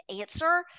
answer